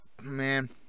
man